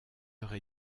heures